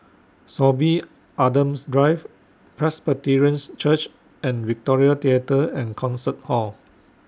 Sorby Adams Drive Presbyterian Church and Victoria Theatre and Concert Hall